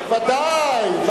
ודאי.